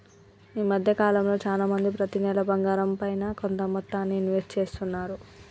ఈ మద్దె కాలంలో చానా మంది ప్రతి నెలా బంగారంపైన కొంత మొత్తాన్ని ఇన్వెస్ట్ చేస్తున్నారు